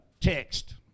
text